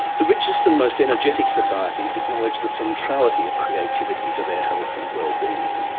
the richest and most energetic societies acknowledge the centrality of creativity to their health and wellbeing.